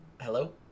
hello